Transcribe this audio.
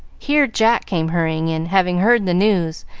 here jack came hurrying in, having heard the news,